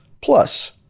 Plus